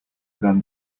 than